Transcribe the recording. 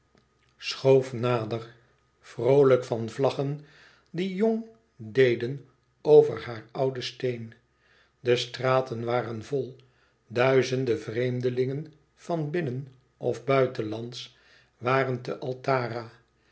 schoof nader vroolijk van vlaggen die jong deden over haar oude steen de straten waren vol duizende vreemdelingen van binnen of buitenslands waren te altara